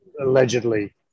allegedly